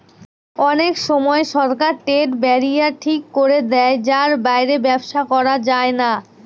অনেক সময় সরকার ট্রেড ব্যারিয়ার ঠিক করে দেয় যার বাইরে ব্যবসা করা যায় না